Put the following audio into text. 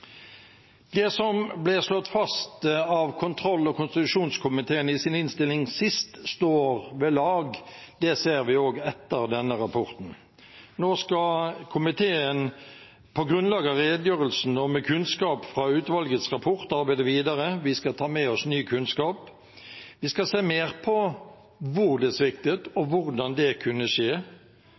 Det som ble slått fast av kontroll- og konstitusjonskomiteen i innstillingen sist, står ved lag. Det ser vi også etter denne rapporten. Nå skal komiteen på grunnlag av redegjørelsen og med kunnskap fra utvalgets rapport arbeide videre. Vi skal ta med oss ny kunnskap. Vi skal se mer på hvor det sviktet, og hvordan det kunne skje.